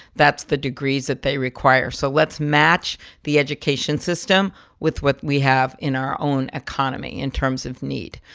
that's the degrees that they require. so let's match the education system with what we have in our own economy in terms of need.